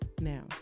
now